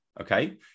okay